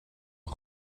een